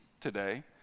today